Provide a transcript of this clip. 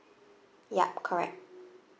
yup correct